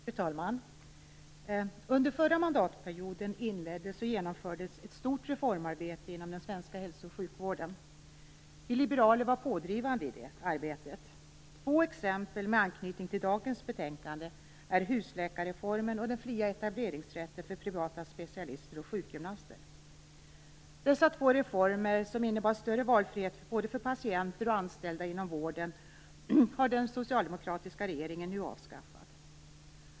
Fru talman! Under förra mandatperioden inleddes och genomfördes ett stort reformarbete inom den svenska hälso och sjukvården. Vi liberaler var pådrivande i det arbetet. Två exempel med anknytning till dagens betänkande är husläkarreformen och den fria etableringsrätten för privata specialister och sjukgymnaster. Dessa två reformer, som innebar större valfrihet både för patienter och för anställda inom vården, har den socialdemokratiska regeringen nu avskaffat.